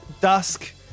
Dusk